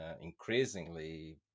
increasingly